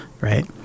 right